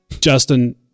Justin